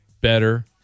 better